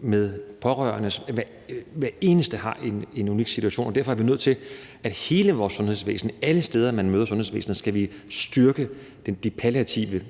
med pårørende. Hver eneste patient har en unik situation. Derfor er vi nødt til i hele vores sundhedsvæsen, alle steder, hvor man møder sundhedsvæsenet, at styrke den palliative